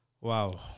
Wow